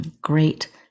great